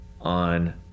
on